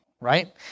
right